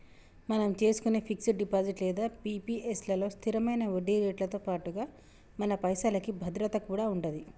మనం చేసుకునే fix deposit లేదా పి.పి.ఎస్ లలో స్థిరమైన వడ్డీరేట్లతో పాటుగా మన పైసలకి భద్రత కూడా ఉంటది